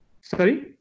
sorry